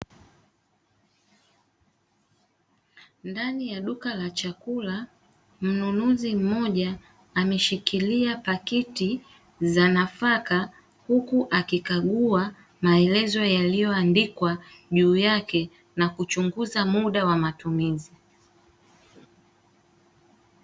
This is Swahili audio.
Ndani ya duka la chakula, mnunuzi mmoja ameshikilia paketi za nafaka, akikagua maelezo yaliyoandikwa juu yake na kuchunguza muda wa matumizi.